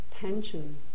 tension